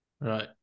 Right